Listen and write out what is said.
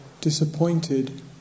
disappointed